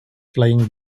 flying